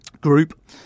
group